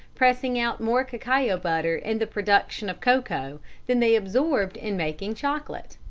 pressing out more cacao butter in the production of cocoa than they absorbed in making chocolate